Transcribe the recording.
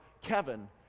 Kevin